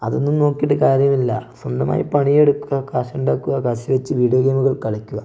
അതൊന്നും നോക്കിയിട്ട് കാര്യമില്ല സ്വന്തമായി പണിയെടുക്കുക കാശുണ്ടാക്കുക കാശ് വെച്ച് വീഡിയോ ഗെയിമുകൾ കളിക്കുക